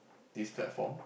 this platform